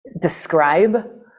describe